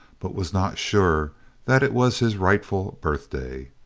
but was not sure that it was his rightful birthday.